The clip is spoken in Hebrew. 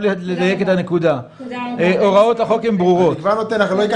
הן ברורות.